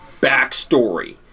backstory